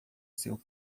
seu